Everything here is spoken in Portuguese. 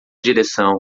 direção